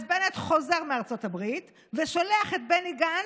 אז בנט חוזר מארצות הברית ושולח את בני גנץ,